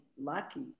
lucky